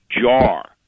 jar